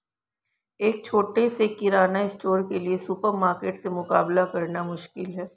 एक छोटे से किराना स्टोर के लिए सुपरमार्केट से मुकाबला करना मुश्किल है